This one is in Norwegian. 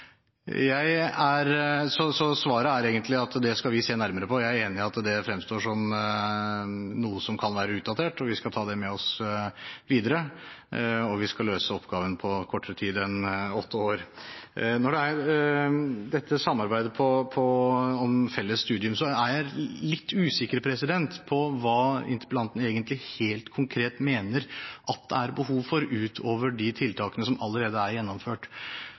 jeg var fristet. Svaret er egentlig at det skal vi se nærmere på. Jeg er enig i at det fremstår som noe som kan være utdatert, og vi skal ta det med oss videre, og vi skal løse oppgaven på kortere tid enn åtte år. Når det gjelder dette samarbeidet om et felles studium, er jeg litt usikker på hva interpellanten egentlig helt konkret mener at det er behov for, utover de tiltakene som allerede er gjennomført.